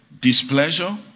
Displeasure